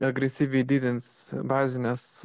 agresyviai didins bazines